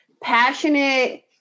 passionate